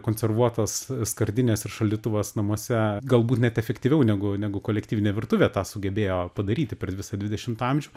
konservuotos skardinės ir šaldytuvas namuose galbūt net efektyviau negu negu kolektyvinė virtuvė tą sugebėjo padaryti per visą dvidešimtą amžių